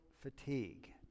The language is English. fatigue